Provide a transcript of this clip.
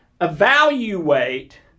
evaluate